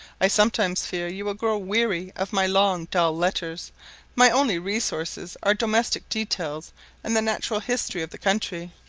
i sometimes fear you will grow weary of my long dull letters my only resources are domestic details and the natural history of the country,